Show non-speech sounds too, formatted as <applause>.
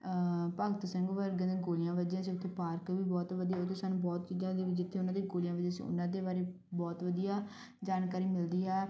ਭਗਤ ਸਿੰਘ ਵਰਗਿਆਂ ਦੇ ਗੋਲੀਆਂ ਵੱਜੀਆਂ ਸੀ ਉੱਥੇ ਪਾਰਕ ਵੀ ਬਹੁਤ ਵਧੀਆ ਉੱਥੇ ਸਾਨੂੰ ਬਹੁਤ ਚੀਜ਼ਾਂ <unintelligible> ਜਿੱਥੇ ਉਹਨਾਂ ਦੇ ਗੋਲੀਆਂ ਵੱਜੀਆਂ ਸੀ ਉਹਨਾਂ ਦੇ ਬਾਰੇ ਬਹੁਤ ਵਧੀਆ ਜਾਣਕਾਰੀ ਮਿਲਦੀ ਆ